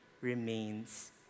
remains